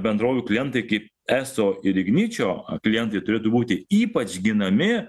bendrovių klientai kaip eso ir igničio klientai turėtų būti ypač ginami